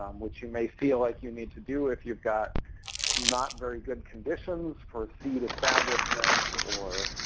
um which you may feel like you need to do if you've got not very good conditions for seed establishment, or